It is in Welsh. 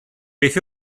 beth